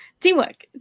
teamwork